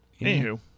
Anywho